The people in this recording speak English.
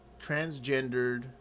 transgendered